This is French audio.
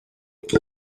qui